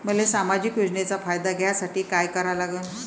मले सामाजिक योजनेचा फायदा घ्यासाठी काय करा लागन?